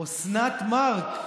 אוסנת מארק,